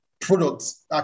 products